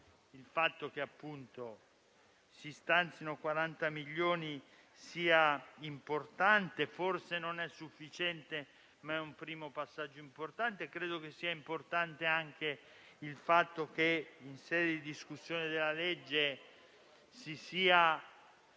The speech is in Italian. il fatto che si stanzino 40 milioni di euro sia importante. Forse non è sufficiente, ma è un primo passaggio importante. Credo sia importante anche il fatto che, in sede di discussione della legge di